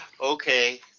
okay